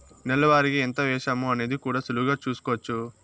నెల వారిగా ఎంత వేశామో అనేది కూడా సులువుగా చూస్కోచ్చు